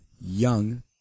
Young